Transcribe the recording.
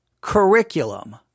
curriculum